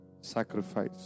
Sacrifice